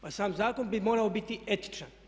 Pa sam zakon bi morao biti etičan.